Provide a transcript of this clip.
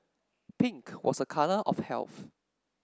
pink was a colour of health